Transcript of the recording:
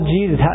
Jesus